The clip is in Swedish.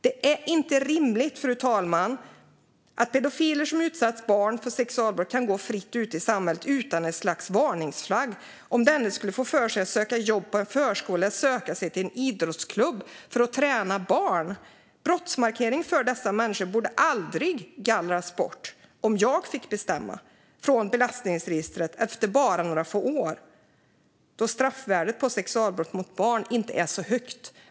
Det är inte rimligt, fru talman, att pedofiler som har utsatt barn för sexualbrott kan gå fritt ute i samhället utan ett slags varningsflagg om de skulle få för sig att söka jobb på en förskola eller söka sig till en idrottsklubb för att träna barn. Om jag fick bestämma skulle brottsmarkeringar för dessa människor aldrig gallras bort från belastningsregistret. I dag sker det efter bara några få år då straffvärdet i fråga om sexualbrott mot barn inte är så högt.